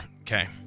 okay